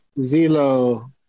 zelo